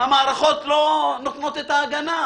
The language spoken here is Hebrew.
המערכות לא נותנות את ההגנה.